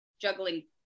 juggling